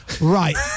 Right